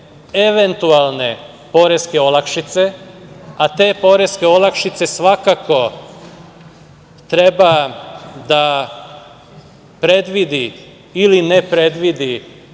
eventualne poreske olakšice, a te poreske olakšice svakako treba da predvidi ili ne predvidi